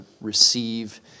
receive